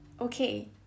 okay